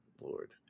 lord